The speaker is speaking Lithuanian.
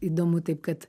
įdomu taip kad